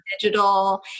digital